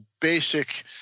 basic